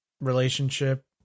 relationship